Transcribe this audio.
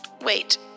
Wait